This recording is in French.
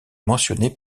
mentionnée